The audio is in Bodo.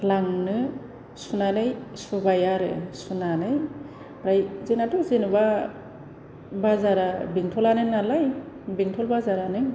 लांनो सुनानै सुबाय आरो सुनानै आमफ्राय जोंनाथ' जेन'बा बाजारा बेंथलानो नालाय बेंथल बाजारानो